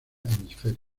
hemisferio